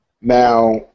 Now